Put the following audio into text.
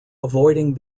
avoiding